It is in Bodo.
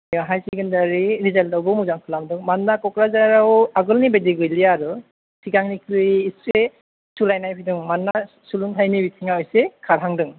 हायार सेकेण्डारि रिजाल्टावबो मोजां खालामदों मानोना क'क्राझाराव आगोलनि बायदि गैलिया आरो सिगांनिख्रुइ एसे सुधरायनाय फैदों मानोना सोलोंथाइनि बिथिङाव एसे खारहांदों